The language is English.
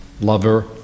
lover